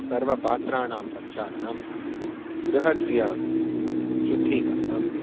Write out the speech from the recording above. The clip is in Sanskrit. सर्वपात्राणां प्रक्षालनं गृहस्य शुद्धीकरणं